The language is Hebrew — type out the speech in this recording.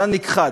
זן נכחד.